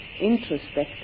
introspective